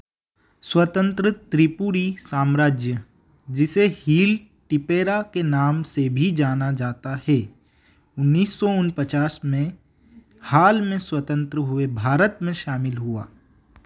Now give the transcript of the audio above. स्वतंत्र त्रिपुरी साम्राज्य जिसे हिल टिपेरा के नाम से भी जाना जाता है उन्नीस सौ उन पचास में हाल में स्वतंत्र हुए भारत में शामिल हुआ